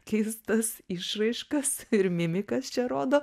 keistas išraiškas ir mimikas čia rodo